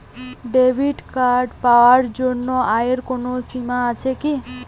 Debit card পাওয়ার জন্য আয়ের কোনো সীমা আছে কি?